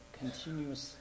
continuous